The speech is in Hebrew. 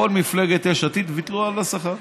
כל מפלגת יש עתיד ויתרו על השכר.